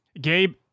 Gabe